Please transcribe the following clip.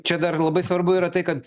čia dar labai svarbu yra tai kad